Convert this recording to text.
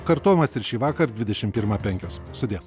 kartojamas ir šįvakar dvidešim pirmą penkios sudie